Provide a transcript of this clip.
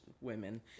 women